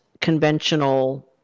conventional